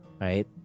Right